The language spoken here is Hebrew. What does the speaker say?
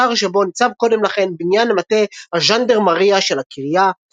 באתר שבו ניצב קודם לכן בניין מטה הז'נדרמריה של הקריה,